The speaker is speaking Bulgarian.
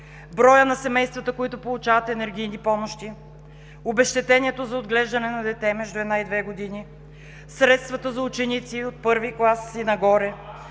броят на семействата, които получават енергийни помощи; обезщетението за отглеждане на дете между една и две години; средствата за ученици от първи клас и нагоре